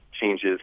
Changes